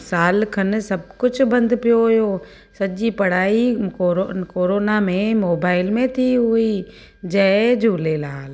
सालु खनु सभु कुझु बंदि पियो हुयो सॼी पढ़ाई कॉरो कॉरोना में मोबाइल में थी हुई जय झुलेलाल